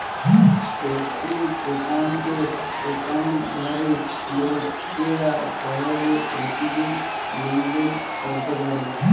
checking অ্যাকাউন্টের অ্যাকাউন্টধারী লোকেরা সহজে প্রতিদিন লেনদেন করতে পারে